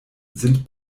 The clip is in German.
sind